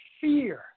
Fear